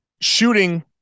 shooting